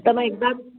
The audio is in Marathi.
तर मग एकदा